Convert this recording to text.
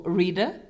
reader